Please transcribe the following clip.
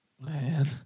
Man